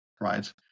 right